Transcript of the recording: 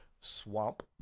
Swamp